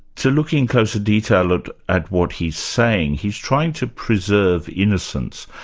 to look in closer detail at at what he's saying, he's trying to preserve innocence,